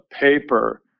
paper